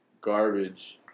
garbage